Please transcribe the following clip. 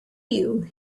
you